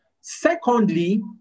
Secondly